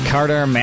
Carter